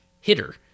hitter